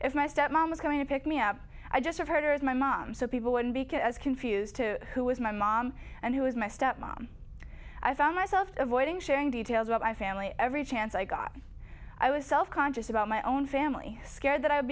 my step mom was coming to pick me up i just have her as my mom so people wouldn't be quite as confused to who was my mom and who is my step mom i found myself avoiding sharing details about my family every chance i got i was self conscious about my own family scared that i